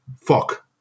fuck